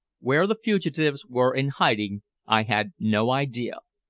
where the fugitives were in hiding i had no idea.